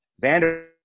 Vander